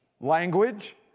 language